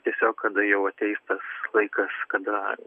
tiesiog kada jau ateis tas laikas kada